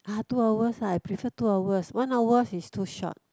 ah two hours uh I prefer two hours one hour is too short